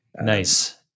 Nice